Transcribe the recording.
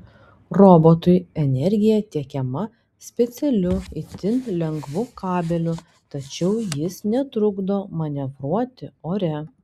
robotui energija tiekiama specialiu itin lengvu kabeliu tačiau jis netrukdo manevruoti ore